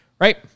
Right